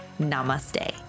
namaste